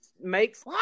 makes